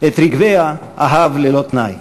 את רגביה אהב ללא תנאי.